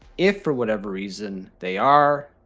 if for whatever reason they are,